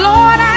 Lord